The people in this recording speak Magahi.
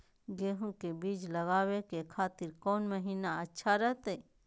गेहूं के बीज लगावे के खातिर कौन महीना अच्छा रहतय?